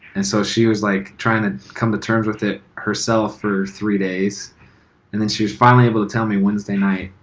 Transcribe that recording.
and so she was like trying to come to terms with it herself for three days and then she was finally able to tell me wednesday night,